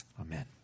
Amen